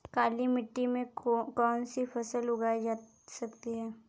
काली मिट्टी में कौनसी फसल उगाई जा सकती है?